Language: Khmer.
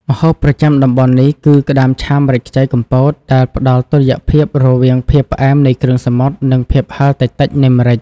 ម្ហូបប្រចាំតំបន់នេះគឺក្តាមឆាម្រេចខ្ចីកំពត ដែលផ្តល់តុល្យភាពរវាងភាពផ្អែមនៃគ្រឿងសមុទ្រ និងភាពហិរតិចៗនៃម្រេច។